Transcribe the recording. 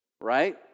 right